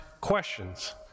questions